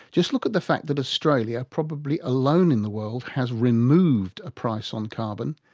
just look at the fact that australia, probably alone in the world, has removed a price on carbon,